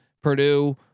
Purdue